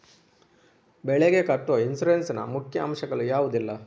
ಬೆಳೆಗೆ ಕಟ್ಟುವ ಇನ್ಸೂರೆನ್ಸ್ ನ ಮುಖ್ಯ ಅಂಶ ಗಳು ಯಾವುದೆಲ್ಲ?